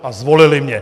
A zvolili mě.